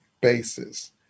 basis